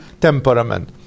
temperament